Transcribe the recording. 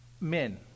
Men